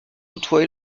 toutefois